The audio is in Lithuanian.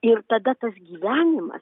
ir tada tas gyvenimas